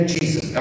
Jesus